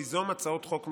ליזום הצעות חוק מטעמן.